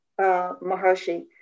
Maharshi